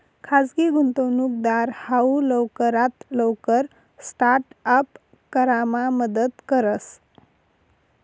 खाजगी गुंतवणूकदार हाऊ लवकरात लवकर स्टार्ट अप करामा मदत करस